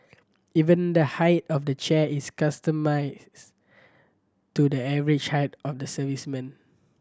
even the height of the chair is to the average height of the servicemen